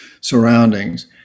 surroundings